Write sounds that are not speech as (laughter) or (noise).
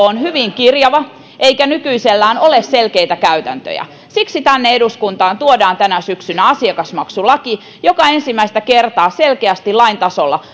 (unintelligible) on hyvin kirjava eikä nykyisellään ole selkeitä käytäntöjä siksi tänne eduskuntaan tuodaan tänä syksynä asiakasmaksulaki joka ensimmäistä kertaa selkeästi lain tasolla (unintelligible)